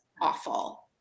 awful